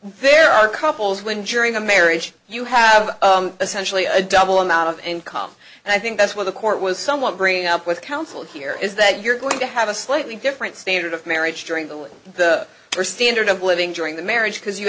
there are couples when jury of a marriage you have essentially a double amount of income and i think that's what the court was someone bringing up with counsel here is that you're going to have a slightly different standard of marriage during the standard of living during the marriage because you